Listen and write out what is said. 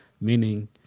meaning